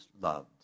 loved